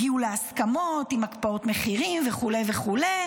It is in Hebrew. הגיעו להסכמות עם הקפאות מחירים וכו' וכו',